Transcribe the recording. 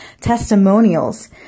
testimonials